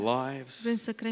lives